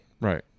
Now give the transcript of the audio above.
Right